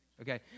Okay